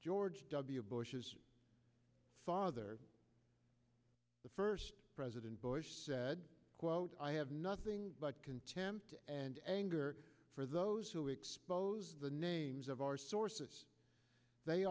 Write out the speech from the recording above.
george w bush's father the first president bush said quote i have nothing but contempt and anger for those who expose the names of our sources they